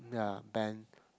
ya band